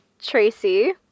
Tracy